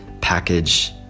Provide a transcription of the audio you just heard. package